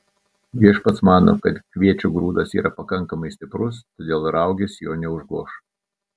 viešpats mano kad kviečio grūdas yra pakankamai stiprus todėl raugės jo neužgoš